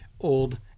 old